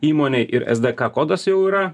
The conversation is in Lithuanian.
įmonei ir es de ka kodas jau yra